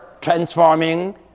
transforming